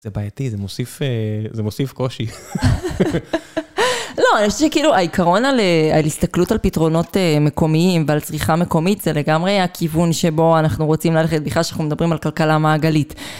זה בעייתי, זה מוסיף קושי. לא, אני חושבת שכאילו העיקרון על הסתכלות על פתרונות מקומיים ועל צריכה מקומית זה לגמרי הכיוון שבו אנחנו רוצים ללכת, במיוחד שאנחנו מדברים על כלכלה מעגלית.